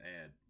add